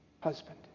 husband